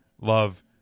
love